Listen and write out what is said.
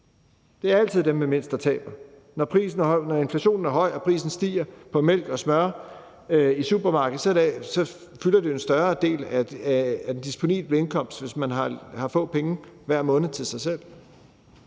Det er altid dem med mindst, der taber. Når inflationen er høj og prisen stiger på mælk og smør i supermarkedet, fylder det jo en større del af den disponible indkomst, hvis man har få penge hver måned til sig selv,